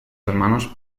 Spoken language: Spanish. hermanos